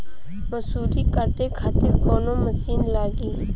मसूरी काटे खातिर कोवन मसिन लागी?